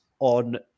on